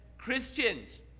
Christians